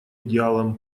идеалам